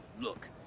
Look